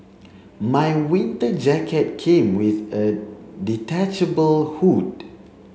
my winter jacket came with a detachable hood